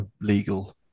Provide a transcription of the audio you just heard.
legal